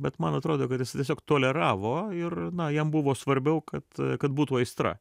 bet man atrodo kad jis tiesiog toleravo ir na jam buvo svarbiau kad kad būtų aistra